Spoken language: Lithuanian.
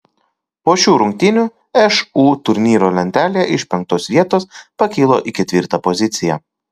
po šių rungtynių šu turnyro lentelėje iš penktos vietos pakilo į ketvirtą poziciją